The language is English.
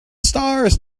stars